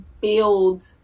build